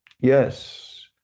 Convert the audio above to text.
Yes